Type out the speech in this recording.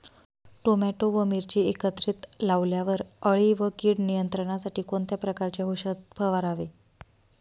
Tomato व मिरची एकत्रित लावल्यावर अळी व कीड नियंत्रणासाठी कोणत्या प्रकारचे औषध फवारावे?